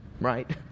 Right